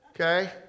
okay